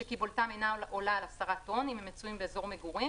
שקיבולתם אינה עולה על 10 טון אם הם מצויים באזור מגורים,